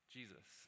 Jesus